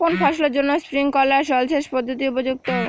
কোন ফসলের জন্য স্প্রিংকলার জলসেচ পদ্ধতি উপযুক্ত?